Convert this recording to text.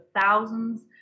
thousands